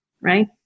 right